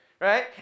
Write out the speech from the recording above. Right